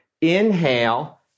Inhale